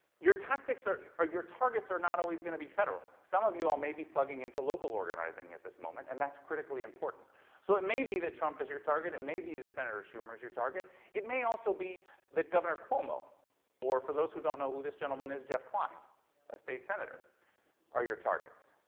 your tactics or are your targets are not always going to be federal some of you are maybe plugging into local organizing at this moment and that's critically important so it may be that trump is your target and maybe the senator schumer's your target it may also be that governor cuomo or for those who don't know who this gentleman is jeff kline a state senator are your targets